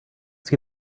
see